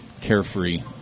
carefree